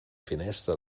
finestra